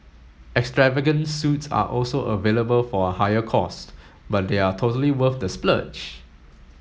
extravagant suites are also available for a higher cost but they are totally worth the splurge